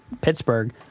Pittsburgh